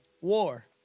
war